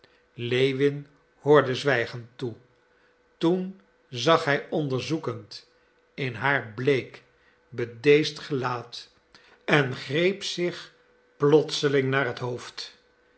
lewin hoorde zwijgend toe toen zag hij onderzoekend in haar bleek bedeesd gelaat en greep zich plotseling naar het hoofd